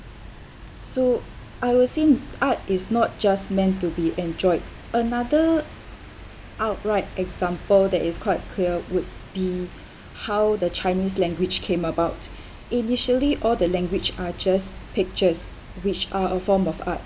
so I was saying art is not just meant to be enjoyed another outright example that is quite clear would be how the chinese language came about initially all the language are just pictures which are a form of art